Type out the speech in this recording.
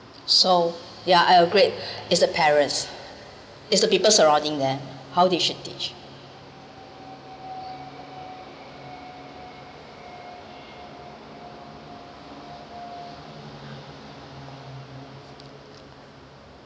so ya I agreed it’s the parents it’s the people surrounding them how they should teach